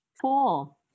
Cool